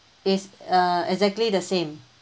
yes uh exactly the same